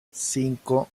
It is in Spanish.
cinco